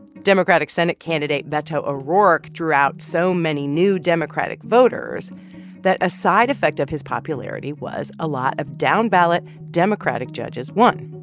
democratic senate candidate beto o'rourke drew out so many new democratic voters that a side effect of his popularity was a lot of down-ballot democratic judges won,